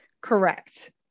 Correct